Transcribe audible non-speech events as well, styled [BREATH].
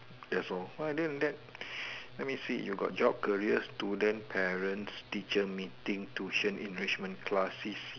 that's all other than that [BREATH] let me see you got job career student parents teacher meeting tuition enrichment class C